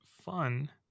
fun